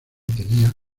tenía